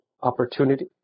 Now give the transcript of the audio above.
opportunity